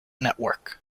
network